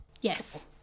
Yes